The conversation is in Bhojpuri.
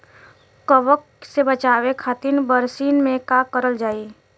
कवक से बचावे खातिन बरसीन मे का करल जाई?